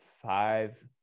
five